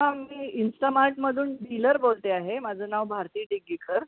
हां मी इन्स्टामार्टमदून डीलर बोलते आहे माझं नाव भरती डिगीकर